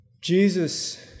Jesus